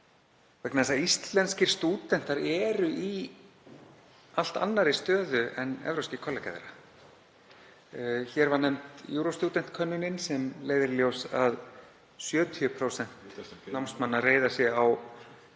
vegna þess að íslenskir stúdentar eru í allt annarri stöðu en evrópskir kollegar þeirra. Hér var nefnd Eurostudent-könnunin sem leiðir í ljós að 70% námsmanna reiða sig á